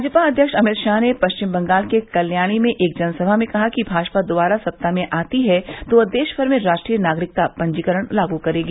भाजपा अध्यक्ष अमित शाह ने पश्चिम बंगाल के कल्याणी में एक जनसभा में कहा है कि भाजपा दोबारा सत्ता में आती है तो वह देशभर में राष्ट्रीय नागरिकता पंजीकरण लागू करेगी